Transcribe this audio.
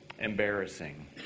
embarrassing